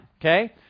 okay